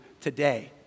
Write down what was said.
today